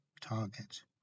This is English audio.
target